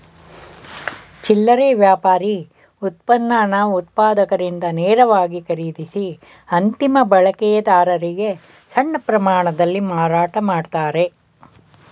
ಚಿಲ್ಲರೆ ವ್ಯಾಪಾರಿ ಉತ್ಪನ್ನನ ಉತ್ಪಾದಕರಿಂದ ನೇರವಾಗಿ ಖರೀದಿಸಿ ಅಂತಿಮ ಬಳಕೆದಾರರಿಗೆ ಸಣ್ಣ ಪ್ರಮಾಣದಲ್ಲಿ ಮಾರಾಟ ಮಾಡ್ತಾರೆ